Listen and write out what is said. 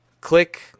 Click